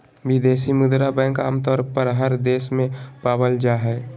विदेशी मुद्रा बैंक आमतौर पर हर देश में पावल जा हय